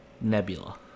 Nebula